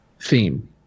theme